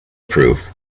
proof